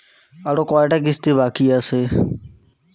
আরো কয়টা কিস্তি বাকি আছে?